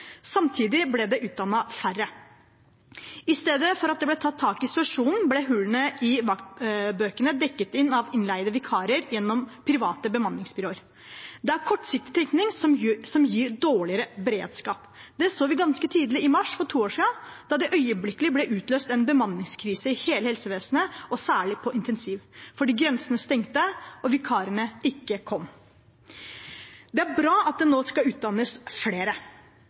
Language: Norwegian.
Samtidig ble det utdannet færre. I stedet for at situasjonen ble tatt tak i, ble hullene i vaktbøkene dekket inn av innleide vikarer gjennom private bemanningsbyråer. Det er kortsiktig tenkning som gir dårligere beredskap. Det så vi ganske tydelig i mars for to år siden, da det øyeblikkelig ble utløst en bemanningskrise i hele helsevesenet, særlig på intensiv, fordi grensene stengte og vikarene ikke kom. Det er bra at det nå skal utdannes flere,